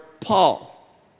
Paul